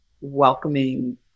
welcoming